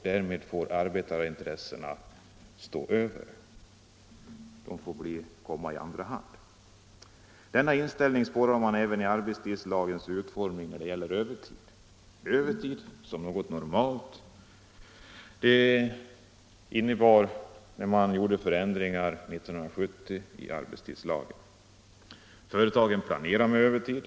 Därmed får arbetarintressena stå över; de får komma i andra hand. Denna inställning spårar man även i arbetstidslagens utformning när det gäller övertid. De ändringar som gjordes 1970 i arbetstidslagen innebar att övertid blev något normalt. Företagen planerar med övertid.